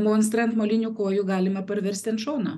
monstrą ant molinių kojų galime parversti ant šono